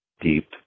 deep